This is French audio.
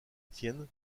étienne